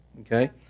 okay